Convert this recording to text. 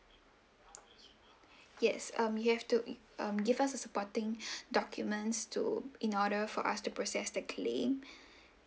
yes um you have to uh um give us a supporting documents to in order for us to process the claim